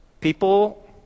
people